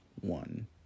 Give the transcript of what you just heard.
one